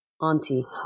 auntie